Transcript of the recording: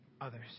others